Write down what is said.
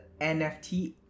NFT